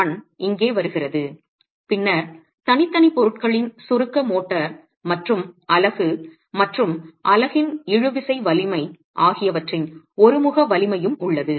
1 இங்கே வருகிறது பின்னர் தனித்தனி பொருட்களின் சுருக்க மோட்டார் மற்றும் அலகு மற்றும் அலகின் இழுவிசை வலிமை ஆகியவற்றின் ஒருமுக வலிமையும் உள்ளது